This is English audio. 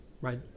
Right